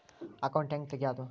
Account ಹ್ಯಾಂಗ ತೆಗ್ಯಾದು?